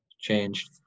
changed